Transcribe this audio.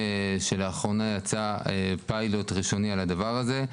לאחרונה יצא פיילוט ראשוני על הדבר הזה,